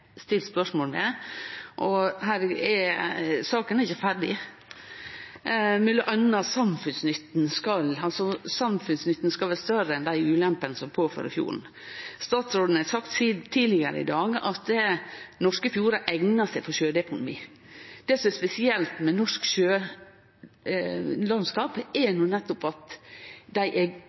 stilt spørsmål ved, og saka er ikkje ferdig, m.a. skal samfunnsnytten vere større enn dei ulempene som blir påførte fjorden. Statsråden har tidlegare i dag sagt at norske fjordar eignar seg for sjødeponi. Det som er spesielt med norske sjølandskap, er nettopp at dei